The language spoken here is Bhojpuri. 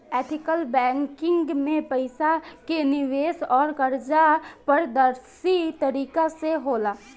एथिकल बैंकिंग में पईसा के निवेश अउर कर्जा पारदर्शी तरीका से होला